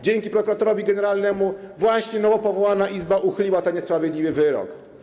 Dzięki prokuratorowi generalnemu właśnie nowo powołana izba uchyliła ten niesprawiedliwy wyrok.